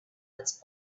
its